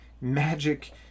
magic